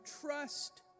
trust